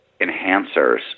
enhancers